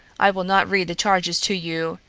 i will not read the charges to you.